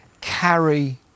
carry